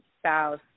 spouse